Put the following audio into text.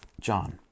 John